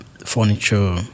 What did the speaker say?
Furniture